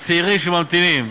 הצעירים שממתינים.